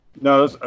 No